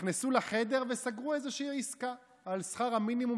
נכנסו לחדר וסגרו איזושהי עסקה על שכר המינימום,